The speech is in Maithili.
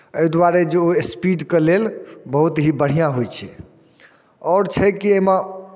एइहि दुआरे जे ओ स्पीडके लेल बहुत ही बढ़िआँ होइ छै आओर छै कि एहिमे